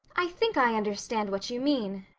i think i understand what you mean,